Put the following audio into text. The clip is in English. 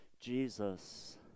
Jesus